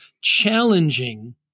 challenging